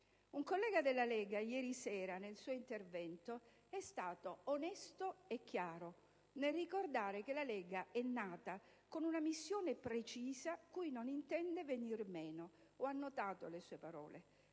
un collega della Lega, nel suo intervento, è stato onesto e chiaro nel ricordare che la Lega è nata con una missione precisa, alla quale non intende rinunciare. Ho annotato le sue parole: